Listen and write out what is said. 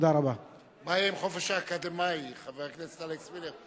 מה יהיה עם החופש האקדמי, חבר הכנסת אלכס מילר?